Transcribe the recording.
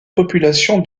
population